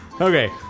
Okay